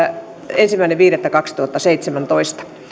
ensimmäinen viidettä kaksituhattaseitsemäntoista